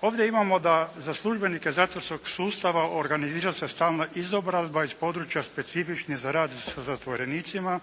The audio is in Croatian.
Ovdje imamo da za službenike zatvorskog sustava organizira se stalna izobrazba iz područja specifičnih za rad sa zatvorenicima.